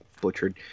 butchered